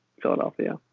philadelphia